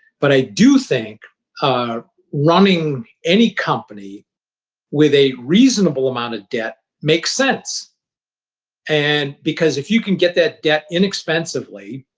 but i do think running any company with a reasonable amount of debt makes sense and because if you can get that debt inexpensively,